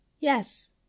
Yes